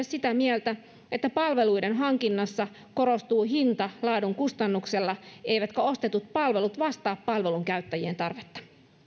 sitä mieltä että palveluiden hankinnassa korostuu hinta laadun kustannuksella eivätkä ostetut palvelut vastaa palvelujen käyttäjien tarvetta